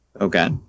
Okay